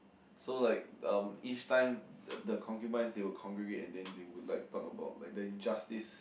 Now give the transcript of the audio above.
so like um each time the the concubines they will congregate and then they would like talk about like injustice